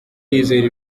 yizera